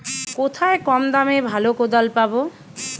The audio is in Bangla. কোথায় কম দামে ভালো কোদাল পাব?